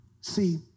See